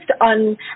on